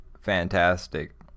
Fantastic